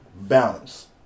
balance